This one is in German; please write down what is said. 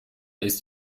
ist